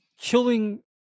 killing